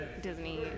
Disney